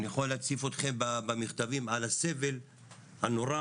אני יכול להציף אתכם במכתבים על הסבל הנורא